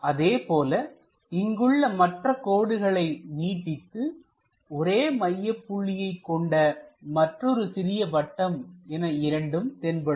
அதேபோல இங்குள்ள மற்ற கோடுகளை நீட்டித்து ஒரே மையப் புள்ளியை கொண்ட மற்றொரு சிறிய வட்டம் என இரண்டும் தென்படும்